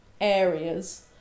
areas